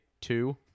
Two